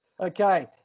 Okay